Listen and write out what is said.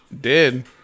dead